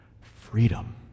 Freedom